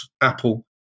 Apple